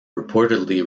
reportedly